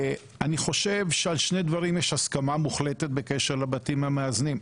אני חושב שעל שני דברים יש הסכמה מוחלטת בקשר לבתים המאזנים,